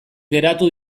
geratu